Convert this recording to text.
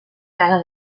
casa